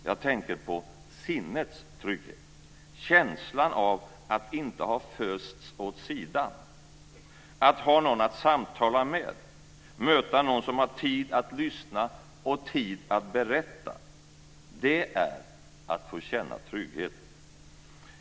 Jag tänker på sinnets trygghet, känslan av att man inte har fösts åt sidan, att man har någon att samtala med och att man möter någon som har tid att lyssna och tid att berätta. Det är att få känna trygghet.